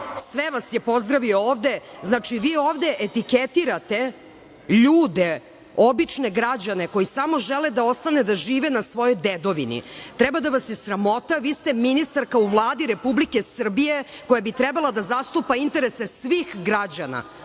Sve vas je pozdravio ovde. Znači, vi ovde etiketirate ljude, obične građane koji samo žele da ostane da žive na svojoj dedovini. Treba da vas je sramota. Vi ste ministarka u Vladi Republike Srbije, koja bi trebala da zastupa interese svih građana,